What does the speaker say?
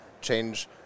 change